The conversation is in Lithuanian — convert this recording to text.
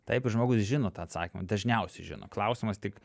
taip žmogus žino tą atsakymą dažniausiai žino klausimas tik